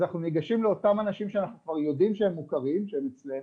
אז אנחנו ניגשים לאותם אנשים שאנחנו כבר יודעים שהם מוכרים והם אצלנו,